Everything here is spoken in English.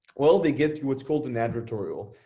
well, they get to what's called an advertorial.